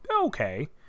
okay